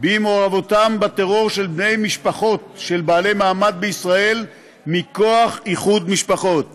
במעורבות של בני משפחות של בעלי מעמד בישראל מכוח איחוד משפחות בטרור.